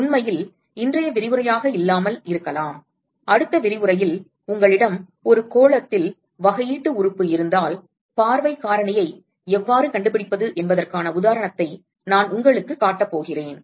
உண்மையில் இன்றைய விரிவுரையாக இல்லாமல் இருக்கலாம் அடுத்த விரிவுரையில் உங்களிடம் ஒரு கோளத்தில் வகையீட்டு உறுப்பு இருந்தால் பார்வை காரணியை எவ்வாறு கண்டுபிடிப்பது என்பதற்கான உதாரணத்தை நான் உங்களுக்குக் காட்டப் போகிறேன்